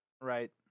Right